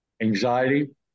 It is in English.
anxiety